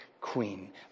queen